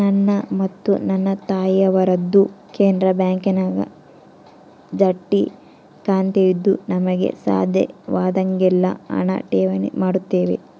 ನನ್ನ ಮತ್ತು ನನ್ನ ತಾಯಿಯವರದ್ದು ಕೆನರಾ ಬ್ಯಾಂಕಿನಾಗ ಜಂಟಿ ಖಾತೆಯಿದ್ದು ನಮಗೆ ಸಾಧ್ಯವಾದಾಗೆಲ್ಲ ಹಣ ಠೇವಣಿ ಮಾಡುತ್ತೇವೆ